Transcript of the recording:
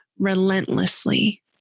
Relentlessly